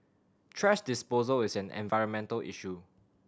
thrash disposal is an environmental issue